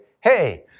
hey